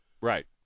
right